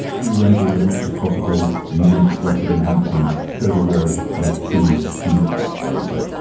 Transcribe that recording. pre-rendering as much as possible using progressive enhancement. those are real kind of key key lookouts i would say.